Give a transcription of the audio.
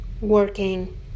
working